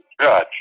judge